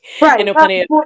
Right